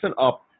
up